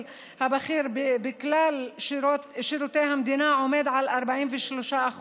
הבכיר בכלל שירות המדינה עומד על 43%,